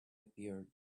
appeared